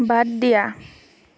বাদ দিয়া